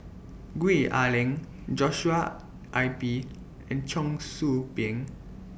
Gwee Ah Leng Joshua Ip and Cheong Soo Pieng